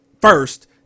first